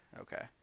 okay